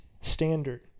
standard